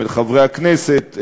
אל חברי הכנסת,